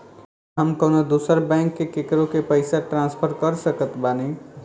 का हम कउनों दूसर बैंक से केकरों के पइसा ट्रांसफर कर सकत बानी?